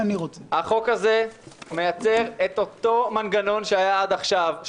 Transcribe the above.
החוק הזה מייצר את אותו מנגנון שהיה עד עכשיו.